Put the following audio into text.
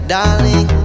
Darling